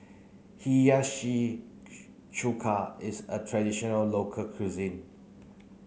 Hiyashi Chuka is a traditional local cuisine